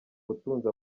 butunzi